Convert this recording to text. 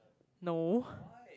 no